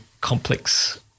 complex